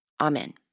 Amen